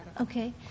Okay